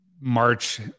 March